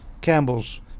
Campbell's